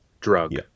drug